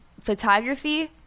photography